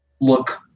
look